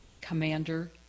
commander